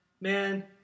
Man